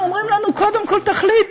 הם אומרים לנו: קודם כול תחליטו.